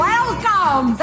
Welcome